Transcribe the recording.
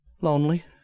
Lonely